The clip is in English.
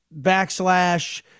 backslash